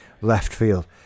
left-field